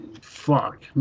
fuck